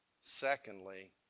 secondly